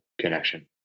connection